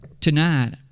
Tonight